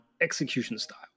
execution-style